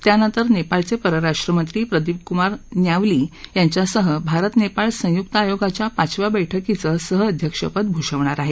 त्यानंतर नेपाळचे परराष्ट्रमंत्री प्रदीपकुमार न्यावली यांच्यासह भारत नेपाळ संयुक्त आयोगाच्या पाचव्या बैठकीच सहअध्यक्षपद भूषवणार आहेत